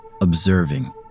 observing